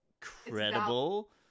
credible